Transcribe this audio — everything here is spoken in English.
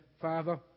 Father